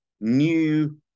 new